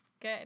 Good